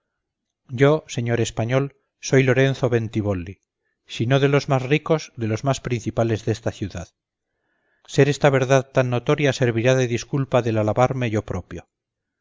yo señor español soy lorenzo bentibolli si no de los más ricos de los más principales desta ciudad ser esta verdad tan notoria servirá de disculpa del alabarme yo propio